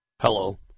Hello